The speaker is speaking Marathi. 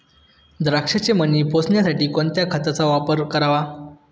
द्राक्षाचे मणी पोसण्यासाठी कोणत्या खताचा वापर करावा?